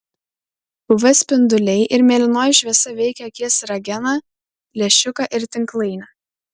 uv spinduliai ir mėlynoji šviesa veikia akies rageną lęšiuką ir tinklainę